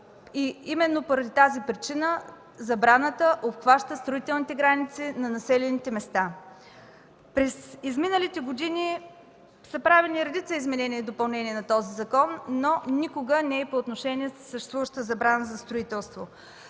Именно поради тази причина забраната обхваща строителните граници на населените места. През изминалите години са правени редица изменения и допълнения на този закон, но никога не и по отношение на съществуващата забрана за строителство.